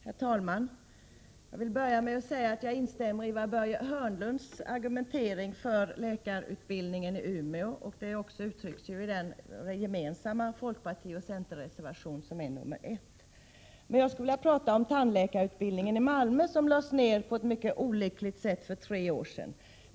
Herr talman! Jag vill börja med att instämma i Börje Hörnlunds argumentering för läkarutbildningen i Umeå. Denna argumentering kommer till uttryck i den gemensamma folkpartioch centerreservationen 1. Jag skall emellertid tala om tandläkarutbildningen i Malmö som på ett mycket olyckligt sätt lades ned för tre år sedan.